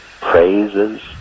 praises